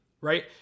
right